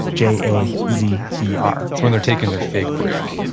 j a z e r it's when they're taking their fake break,